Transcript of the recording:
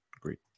Great